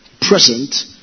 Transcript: present